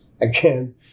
Again